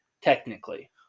technically